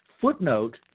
footnote